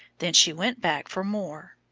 then she went back for more.